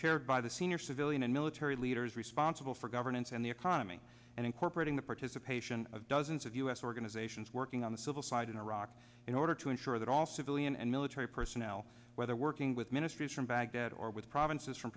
chaired by the senior civilian and military leaders responsible for governance and the economy and incorporating the participation of dozens of u s organizations working on the civil side in iraq in order to ensure that all civilian and military personnel whether working with ministries from baghdad or with provinces from